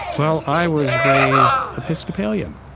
well, i was raised episcopalian.